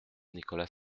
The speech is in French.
nicolas